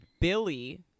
Billy